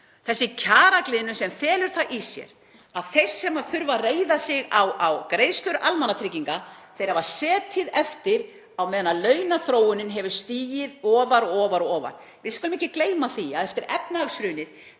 þessa kjaragliðnun sem felur það í sér að þeir sem þurfa að reiða sig á greiðslur almannatrygginga hafa setið eftir á meðan launaþróunin hefur stigið ofar og ofar. Við skulum ekki gleyma því að eftir efnahagshrunið